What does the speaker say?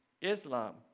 Islam